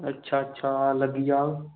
अच्छा अच्छा लग्गी जाह्ग